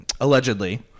allegedly